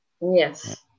Yes